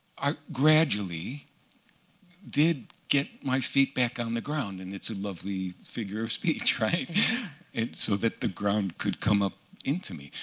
i gradually did get my feet back on the ground. and it's a lovely figure of speech, right so that the ground could come up into me.